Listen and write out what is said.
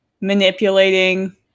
manipulating